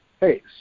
Hey